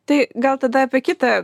tai gal tada apie kitą